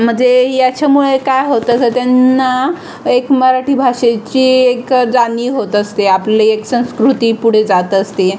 म्हणजे याच्यामुळे काय होतं तर त्यांना एक मराठी भाषेची एक जाणीव होत असते आपली एक संस्कृती पुढे जात असते